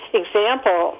example